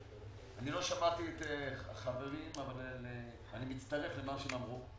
לא שמעתי את החברים, אבל אני מצטרף למה שהם אמרו.